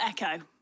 echo